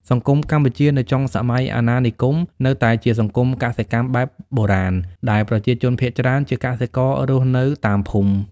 សង្គមកម្ពុជានៅចុងសម័យអាណានិគមនៅតែជាសង្គមកសិកម្មបែបបុរាណ ដែលប្រជាជនភាគច្រើនជាកសិកររស់នៅតាមភូមិ។